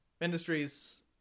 industries